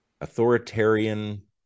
authoritarian